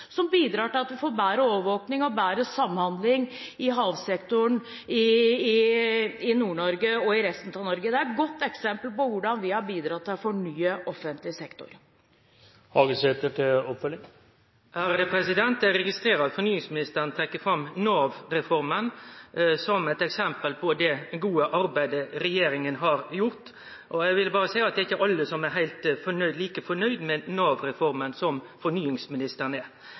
som bidrar til at vi får bedre overvåkning og bedre samhandling i havsektoren i Nord-Norge og i resten av Norge. Det er et godt eksempel på hvordan vi har bidratt til å fornye offentlig sektor. Eg registrerer at fornyingsministeren trekkjer fram Nav-reforma som eit eksempel på det gode arbeidet regjeringa har gjort, og eg vil berre seie at det er ikkje alle som er like fornøgde med Nav-reforma som fornyingsministeren er.